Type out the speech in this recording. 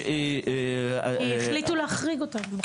כי החליטו להחריג אותם.